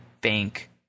bank